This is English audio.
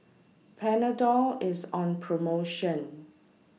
Panadol IS on promotion